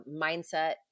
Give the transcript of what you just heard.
mindset